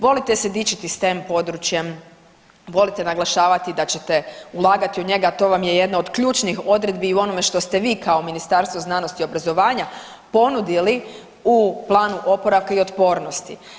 Volite se dičiti stem područjem, volite naglašavati da ćete ulagati u njega, a to vam je jedna od ključnih odredbi i u onome što ste vi kao Ministarstvo znanosti i obrazovanja ponudili u planu oporavka i otpornosti.